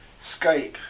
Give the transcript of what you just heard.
Skype